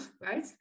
right